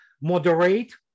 moderate